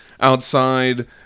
Outside